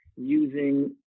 using